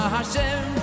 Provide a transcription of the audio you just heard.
Hashem